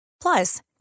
Plus